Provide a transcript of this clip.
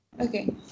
Okay